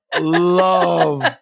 love